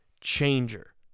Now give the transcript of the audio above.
changer